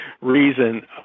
reason